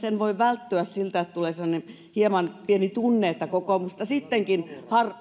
en voi välttyä siltä että tulee sellainen hieman pieni tunne että kokoomusta sittenkin